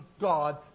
God